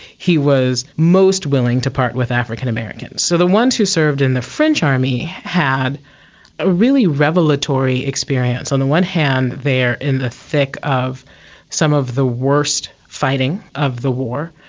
he was most willing to part with african americans. so the ones who served in the french army had a really revelatory experience. on the one hand they are in the thick of some of the worst fighting of the war,